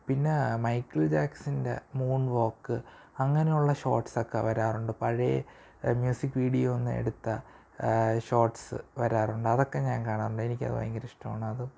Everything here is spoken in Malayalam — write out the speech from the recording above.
പിന്നേ മൈക്കൾ ജാക്സൻ്റെ മൂൺ വാക്ക് അങ്ങനെയുള്ള ഷോട്സൊക്കെ വരാറുണ്ട് പഴയ മ്യൂസിക് വീഡിയോ ഒന്നെടുത്താൽ ഷോർട്സ് വരാറുണ്ട് അതൊക്കെ ഞാൻ കാണാറുണ്ട് എനിക്കതു ഭയങ്കര ഇഷ്ടമാണ് അത്